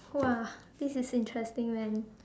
!wah! this is interesting man